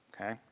okay